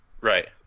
Right